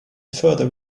further